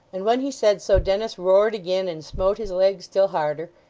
and when he said so, dennis roared again, and smote his leg still harder,